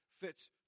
fits